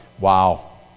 Wow